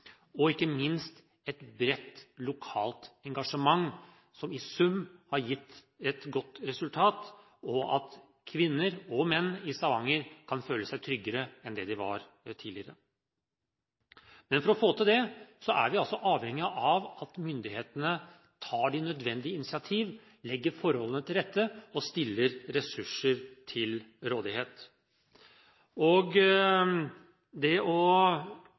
og ikke minst et bredt lokalt engasjement som i sum har gitt et godt resultat, gjør at kvinner og menn i Stavanger kan føle seg tryggere enn det de var tidligere. Men for å få til det er vi avhengig av at myndighetene tar de nødvendige initiativ, legger forholdene til rette og stiller ressurser til rådighet. Det å